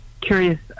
curious